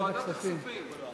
לוועדת הכספים.